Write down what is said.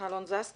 חברי הכנסת